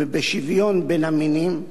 ובשוויון בין המינים,